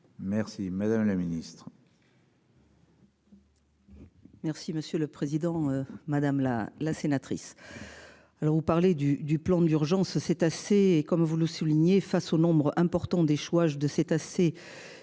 Merci, madame la Ministre. Merci monsieur le président, madame la la sénatrice. Alors vous parlez du du plan d'urgence c'est assez et comme vous le soulignez face au nombre important d'échouages de cétacés